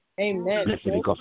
Amen